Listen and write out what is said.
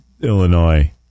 Illinois